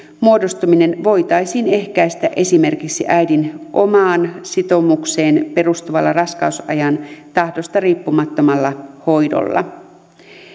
muodostuminen voitaisiin ehkäistä esimerkiksi äidin omaan sitoumukseen perustuvalla raskausajan tahdosta riippumattomalla hoidolla